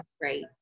Great